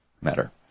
matter